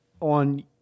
on